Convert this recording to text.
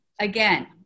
again